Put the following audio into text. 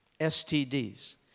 STDs